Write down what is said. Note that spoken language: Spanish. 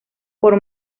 por